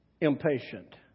impatient